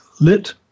lit